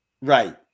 Right